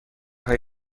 های